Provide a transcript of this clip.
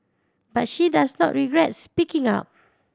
but she does not regret speaking up